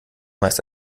meist